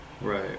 Right